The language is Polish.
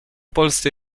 polsce